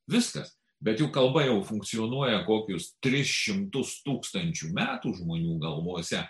viskas bet juk kalba jau funkcionuoja kokius tris šimtus tūkstančių metų žmonių galvose